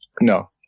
no